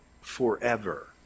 forever